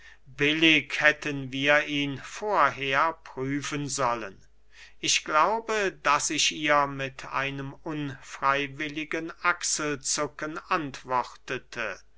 billig hätten wir ihn vorher prüfen sollen ich glaube daß ich ihr mit einem unfreywilligen achselzucken antwortete